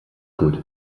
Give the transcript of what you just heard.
gut